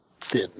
thin